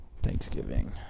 Thanksgiving